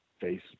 Face